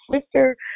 sister